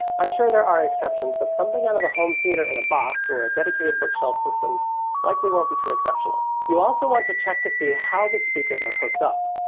i'm sure there are exceptions, but something out of a home theater in a box or a dedicated bookshelf system likely won't be too exceptional. you also want to check to see how the speakers are hooked up.